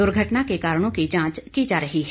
दुर्घटना के करणों की जांच की जा रही है